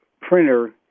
printer